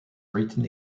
written